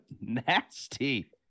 nasty